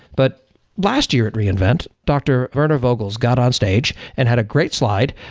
but last year at reinvent, dr. werner vogels got on stage and had a great slide,